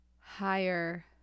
higher